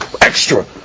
extra